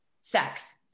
sex